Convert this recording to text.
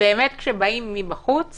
וכשבאים מבחוץ